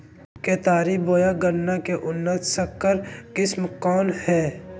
केतारी बोया गन्ना के उन्नत संकर किस्म कौन है?